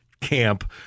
camp